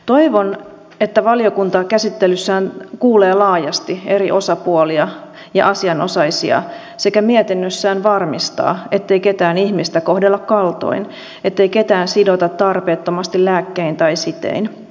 toivon että valiokunta käsittelyssään kuulee laajasti eri osapuolia ja asianosaisia sekä mietinnössään varmistaa ettei ketään ihmistä kohdella kaltoin ettei ketään sidota tarpeettomasti lääkkein tai sitein